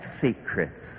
secrets